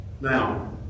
Now